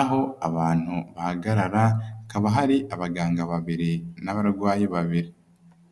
aho abantu bahagarara, hakaba hari abaganga babiri n'abarwayi babiri.